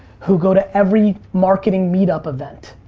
who go to every marketing meetup event,